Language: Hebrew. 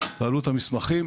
תעלו את המסמכים,